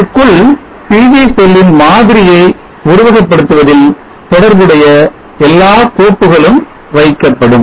இதற்குள் PV செல்லின் மாதிரியை உருவகப் படுத்துவதில் தொடர்புடைய எல்லா கோப்புகளும் வைக்கப்படும்